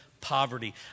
poverty